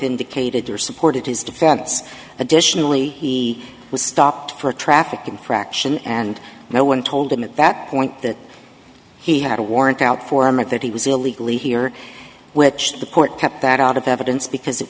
indicated there supported his defense additionally he was stopped for a traffic infraction and no one told him at that point that he had a warrant out for him and that he was illegally here which the court kept that out of evidence because it